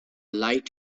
light